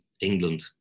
england